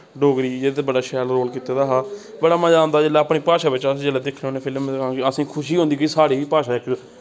डोगरी च ते बड़ा शैल रोल कीते दा हा बड़ा मज़ा आंदा जिसलै अपनी भाशा बिच्च अस जेल्लै दिक्खने होन्ने फिल्म असेंगी खुशी होंदी कि साढ़ी बी भाशा इक